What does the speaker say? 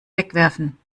wegwerfen